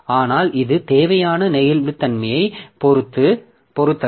ஆனால் இது தேவையான நெகிழ்வுத்தன்மையைப் பொறுத்தது